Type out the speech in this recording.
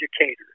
educators